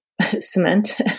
cement